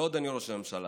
לא, אדוני ראש הממשלה.